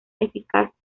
eficaz